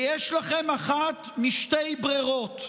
ויש לכם אחת משתי ברירות: